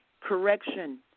correction